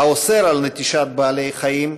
האוסר נטישת בעלי-חיים,